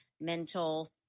mental